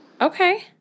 Okay